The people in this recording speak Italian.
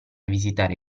visitare